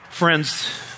Friends